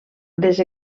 les